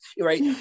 right